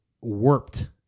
warped